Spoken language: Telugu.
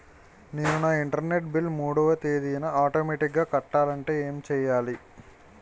నేను నా ఇంటర్నెట్ బిల్ మూడవ తేదీన ఆటోమేటిగ్గా కట్టాలంటే ఏం చేయాలి?